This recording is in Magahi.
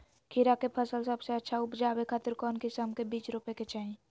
खीरा के फसल सबसे अच्छा उबजावे खातिर कौन किस्म के बीज रोपे के चाही?